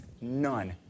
none